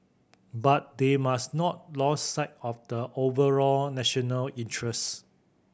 but they must not lose sight of the overall national interest